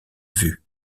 vue